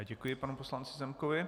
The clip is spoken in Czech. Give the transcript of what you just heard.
Děkuji panu poslanci Zemkovi.